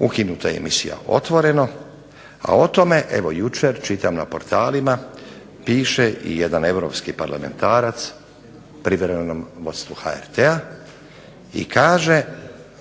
Ukinuta je emisija "Otvoreno", a o tome evo jučer čitam na portalima piše i jedan europski parlamentarac, u privremenom …/Ne razumije se./… HRT-a, i kaže